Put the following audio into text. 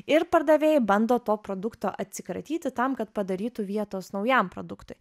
ir pardavėjai bando to produkto atsikratyti tam kad padarytų vietos naujam produktui